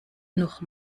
noch